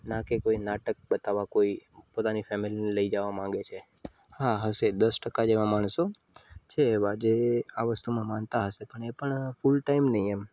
ના કે કોઈ નાટક બતાવવા કોઈ પોતાની ફૅમિલીને લઇ જવા માગે છે હા હશે દસ ટકા જેવા માણસો છે એવા જે આ વસ્તુમાં માનતા હશે પણ એ પણ ફૂલટાઈમ નહીં એમ